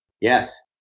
Yes